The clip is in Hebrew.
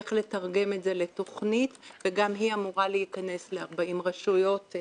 איך לתרגם את זה לתכנית וגם היא אמורה להיכנס ל-40 רשויות.